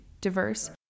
diverse